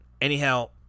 Anyhow